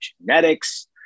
genetics